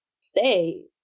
stay